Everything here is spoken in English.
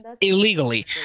illegally